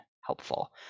helpful